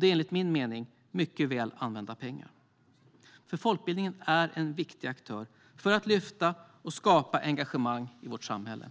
Det är enligt min mening mycket väl använda pengar. Folkbildningen är en viktig aktör för att lyfta fram och skapa engagemang i vårt samhälle.